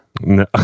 No